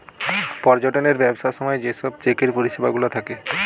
পর্যটনের ব্যবসার সময় যে সব চেকের পরিষেবা গুলা থাকে